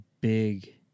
big